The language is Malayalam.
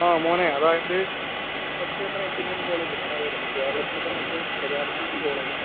ആ മോനെ അതായത് യുവക്ഷേത്ര എഞ്ചിനീയറിംഗ് കോളേജ് മോനറിയാലോ ഇപ്പം കേരളത്തിൽത്തന്നെ ഏറ്റവും പ്രചാരത്തിലുള്ള ഒരു കോളേജ് ആണ്